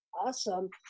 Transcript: Awesome